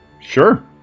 Sure